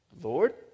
Lord